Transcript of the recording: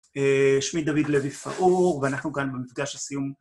שמי דוד לוי פחור ואנחנו כאן במפגש הסיום.